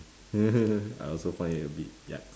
I also find it a bit yucks